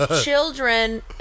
children